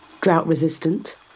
Drought-resistant